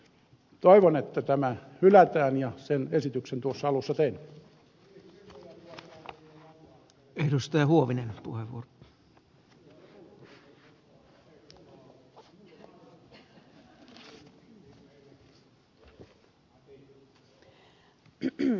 toivon että tämä hylätään ja sen esityksen tuossa alussa tein